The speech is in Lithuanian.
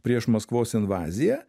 prieš maskvos invaziją